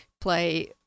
play